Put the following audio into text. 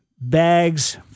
bags